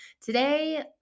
Today